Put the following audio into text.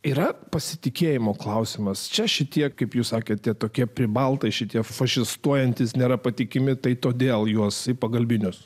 yra pasitikėjimo klausimas čia šitiek kaip jūs sakėte tokie pribaltai šitie fašistuojantis nėra patikimi todėl juos į pagalbinius